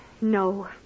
No